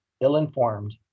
ill-informed